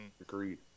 Agreed